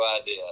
idea